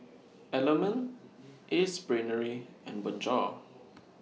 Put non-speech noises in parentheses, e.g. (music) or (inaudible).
(noise) Element Ace Brainery and Bonjour